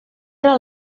era